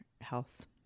health